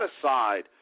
aside